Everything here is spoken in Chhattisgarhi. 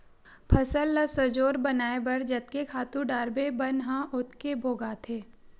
फसल ल सजोर बनाए बर जतके खातू डारबे बन ह ओतके भोगाथे